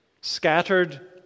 scattered